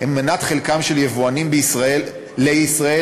הם מנת חלקם של יבואנים בישראל לישראל,